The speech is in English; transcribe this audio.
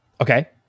Okay